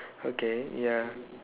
okay ya